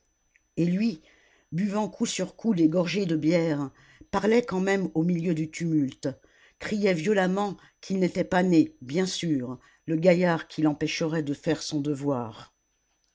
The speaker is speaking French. et lui buvant coup sur coup des gorgées de bière parlait quand même au milieu du tumulte criait violemment qu'il n'était pas né bien sûr le gaillard qui l'empêcherait de faire son devoir